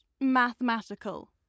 mathematical